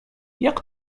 jak